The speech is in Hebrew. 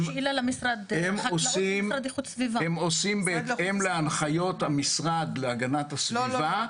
הם עושים בהתאם להנחיות המשרד להגנת הסביבה.